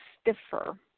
stiffer